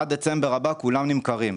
עד דצמבר הבא כולם נמכרים.